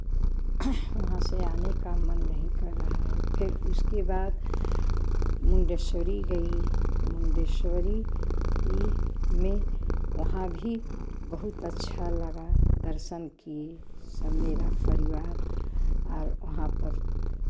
वहाँ से आने का मन नहीं कर रहा है फिर उसके बाद मुंडेश्वरी गई मुंडेश्वरी ई में वहाँ भी बहुत अच्छा लगा दर्शन किए सब मेरा परिवार और वहाँ पर